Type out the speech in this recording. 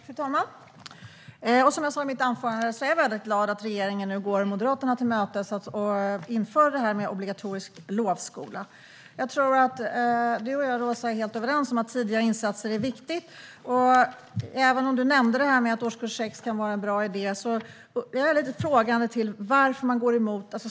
Fru talman! Som jag sa i mitt anförande är jag mycket glad över att regeringen nu går Moderaterna till mötes och inför obligatorisk lovskola. Jag tror att du och jag, Roza Güclü Hedin, är helt överens om att tidiga insatser är viktiga. Även om du nämnde att det kan vara en bra idé med detta även i årskurs 6 är jag lite frågande till varför ni går emot det.